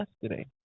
yesterday